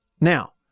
Now